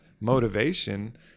motivation